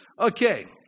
Okay